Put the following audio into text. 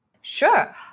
Sure